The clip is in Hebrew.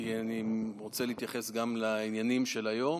כי אני רוצה להתייחס גם לעניינים של היום